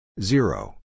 Zero